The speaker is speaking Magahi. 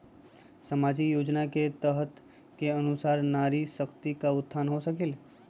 सामाजिक योजना के तहत के अनुशार नारी शकति का उत्थान हो सकील?